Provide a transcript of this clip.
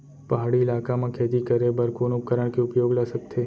पहाड़ी इलाका म खेती करें बर कोन उपकरण के उपयोग ल सकथे?